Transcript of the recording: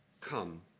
come